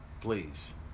Please